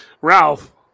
Ralph